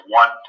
one